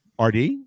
RD